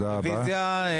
רוויזיה.